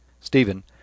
Stephen